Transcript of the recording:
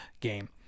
game